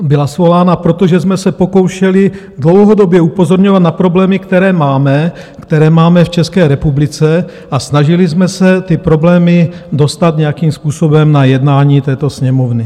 Byla svolána proto, že jsme se pokoušeli dlouhodobě upozorňovat na problémy, které máme, které máme v České republice, a snažili jsme se ty problémy dostat nějakým způsobem na jednání této Sněmovny.